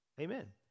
Amen